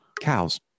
Cows